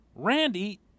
Randy